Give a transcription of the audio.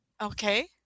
okay